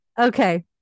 Okay